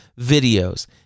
videos